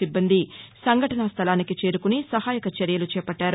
సిబ్బంది సంఘటనా స్వలానికి చేరుకుని సహాయక చర్యలు చేపట్గారు